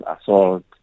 assault